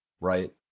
right